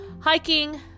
hiking